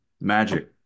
Magic